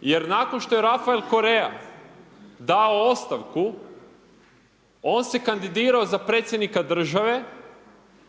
jer nakon što je Rafael Korea dao ostavku, on se kandidirao za predsjednika države,